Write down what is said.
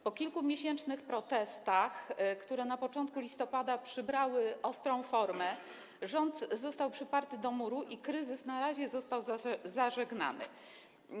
Po kilkumiesięcznych protestach, które na początku listopada przybrały ostrą formę, rząd został przyparty do muru i kryzys na razie został zażegnany.